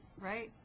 right